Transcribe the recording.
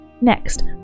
Next